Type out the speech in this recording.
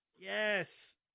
Yes